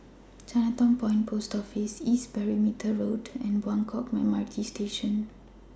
Chinatown Point Post Office East Perimeter Road and Buangkok MRT Station